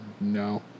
No